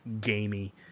gamey